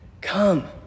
Come